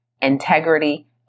integrity